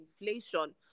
inflation